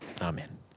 Amen